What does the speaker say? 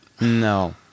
No